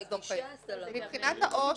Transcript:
זה טופס.